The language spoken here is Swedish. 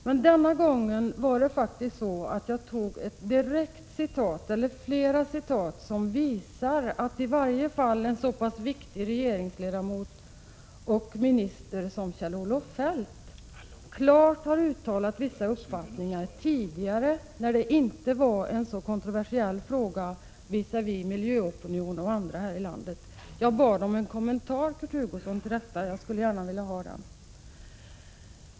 Men den här gången tog jag faktiskt flera direkta citat som visar att en så pass viktig regeringsledamot och minister som Kjell-Olof Feldt klart har uttalat vissa uppfattningar i frågan tidigare, när den inte var så kontroversiell visavi miljöopinion och andra här i landet. Jag bad om en kommentar till detta, Kurt Hugosson, och jag skulle gärna vilja ha den.